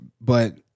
but-